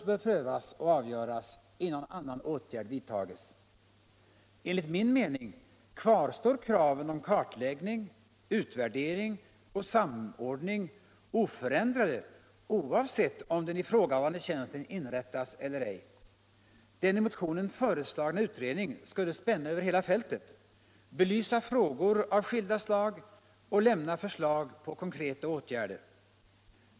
Enligt min mening kvarstår kraven om kartläggning, utvärdering och samordning oförändrade, oavsett om den ifrågavarande tjänsten inrättas eller ej. Den i motionen föreslagna utredningen skulle spänna över hela fältet, belysa frågor av skilda slag och lämna förslag på konkreta åtgärder.